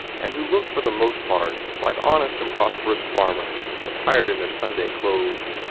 and who looked for the most part like honest and prosperous farmers attired in their sunday clothes.